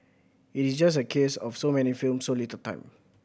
it is just a case of so many films so little time